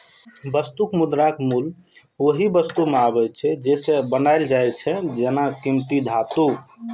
वस्तु मुद्राक मूल्य ओइ वस्तु सं आबै छै, जइसे ओ बनायल जाइ छै, जेना कीमती धातु